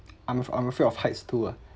I'm af~ I'm afraid of heights too ah